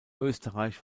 österreich